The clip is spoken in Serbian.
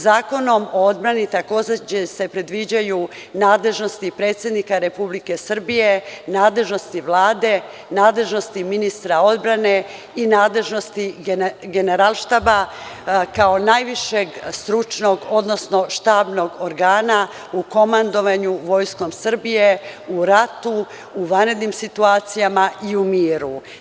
Zakonom o odbrani, takođe se predviđaju nadležnosti predsednika Republike Srbije, nadležnosti Vlade, nadležnosti ministra odbrane i nadležnosti generalštaba kao najvišeg stručnog, odnosno štabnog organa u komandovanju Vojskom Srbije u ratu, u vanrednim situacijama i u miru.